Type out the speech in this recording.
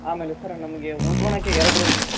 ಆಮೇಲೆ ಸರ್ ನಮಗೆ ಉಳ್ಕೋಳಕ್ಕೆ ಎರಡು ರೂಮ್ ಸರ್